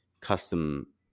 custom